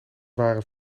waren